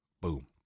Boom